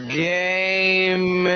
game